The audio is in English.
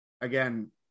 again